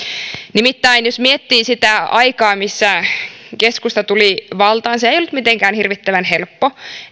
nimittäin jos miettii sitä aikaa jolloin keskusta tuli valtaan niin se ei ollut mitenkään hirvittävän helppo